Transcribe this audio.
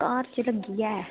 घाह् च लग्गी ऐ